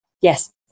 Yes